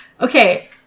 Okay